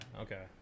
okay